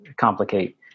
complicate